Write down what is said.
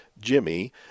Jimmy